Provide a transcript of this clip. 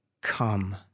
come